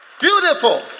Beautiful